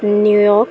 New York